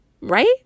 Right